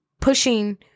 pushing